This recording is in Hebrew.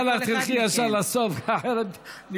אני מציע לך, תלכי ישר לסוף, אחרת,